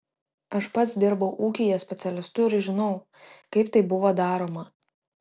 aš pats dirbau ūkyje specialistu ir žinau kaip tai buvo daroma